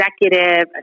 executive